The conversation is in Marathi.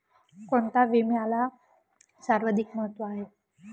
कोणता विम्याला सर्वाधिक महत्व आहे?